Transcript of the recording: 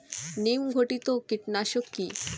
নিম ঘটিত কীটনাশক কি?